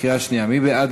קריאה שנייה, מי בעד?